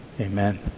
Amen